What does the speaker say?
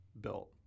built